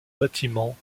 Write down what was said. bâtiment